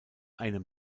einem